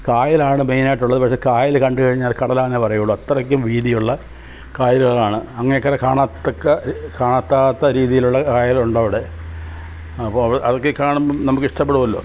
കായലാണ് മെയിനായിട്ടുള്ളത് പക്ഷെ കായൽ കണ്ടുകഴിഞ്ഞാൽ കടലാന്നെ പറയൂകയുള്ളൂ അത്രയ്ക്കും വീതിയുള്ള കായലുകളാണ് അങ്ങേക്കര കാണാത്തക്ക രീതീലുള്ള കായലുണ്ടവിടെ അപ്പോൾ അത് അതൊക്കെ കാണുമ്പം നമുക്കിഷ്ട്ടപ്പെടുമല്ലോ